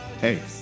hey